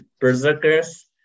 berserkers